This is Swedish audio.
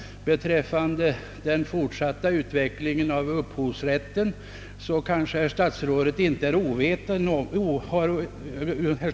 Beträffande den fortsatta utvecklingen inom upphovsrätten talade statsrådet om »tröst för ett tigerhjärta».